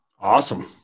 Awesome